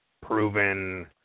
proven